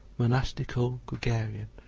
monastical gregarian,